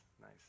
nice